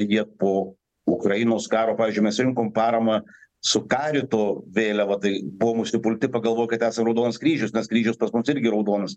jie po ukrainos karo pavyzdžiui mes surinkom paramą su karito vėliava tai buvom užsipulti pagalvojau kad esą raudonas kryžius nes kryžius pas mus irgi raudonas